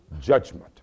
judgment